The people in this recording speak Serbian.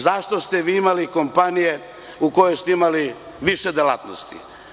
Zašto ste vi imali kompanije u kojima ste imali više delatnosti?